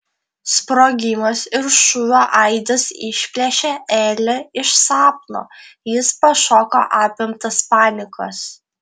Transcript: sprogimas ir šūvio aidas išplėšė elį iš sapno jis pašoko apimtas panikos